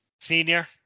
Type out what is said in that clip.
Senior